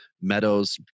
Meadows